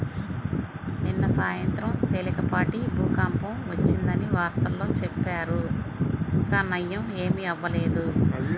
నిన్న సాయంత్రం తేలికపాటి భూకంపం వచ్చిందని వార్తల్లో చెప్పారు, ఇంకా నయ్యం ఏమీ అవ్వలేదు